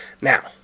now